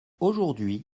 aujourd’hui